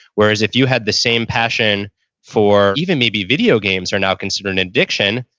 whereas if you had the same passion for even maybe video games are now considered an addiction,